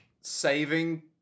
Saving